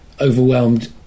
overwhelmed